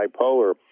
bipolar